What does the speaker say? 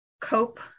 cope